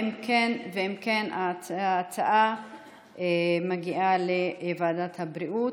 אם כן, ההצעה מגיעה לוועדת הבריאות.